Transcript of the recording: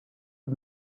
het